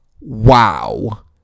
wow